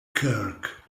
kirk